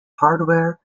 hardware